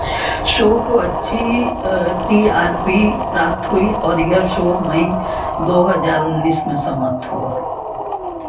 show को अच्छी T R P प्राप्त हुई और यह शो मई दो हज़ार उन्नीस में समाप्त हुआ